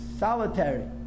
solitary